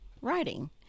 Writing